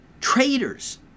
traitors